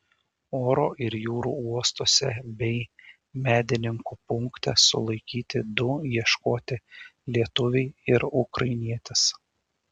oro ir jūrų uostuose bei medininkų punkte sulaikyti du ieškoti lietuviai ir ukrainietis